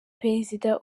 perezida